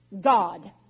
God